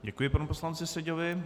Děkuji panu poslanci Seďovi.